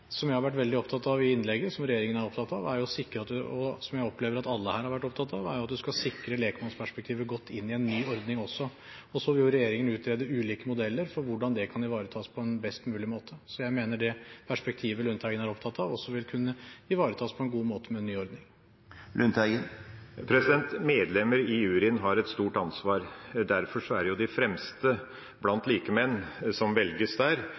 som jeg har vært veldig opptatt av i innlegget – som regjeringen er opptatt av, og som jeg opplever at alle her har vært opptatt av – er at en skal sikre lekmannsperspektivet godt inn i en ny ordning også. Så vil regjeringen utrede ulike modeller for hvordan det kan ivaretas på en best mulig måte. Jeg mener at det perspektivet Lundteigen er opptatt av, også vil kunne ivaretas på en god måte med en ny ordning. Medlemmer i juryen har et stort ansvar. Derfor er det de fremste blant likemenn som velges der,